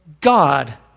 God